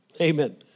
Amen